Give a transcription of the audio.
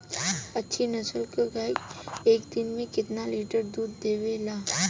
अच्छी नस्ल क गाय एक दिन में केतना लीटर दूध देवे ला?